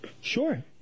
Sure